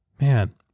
man